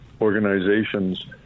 organizations